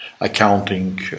accounting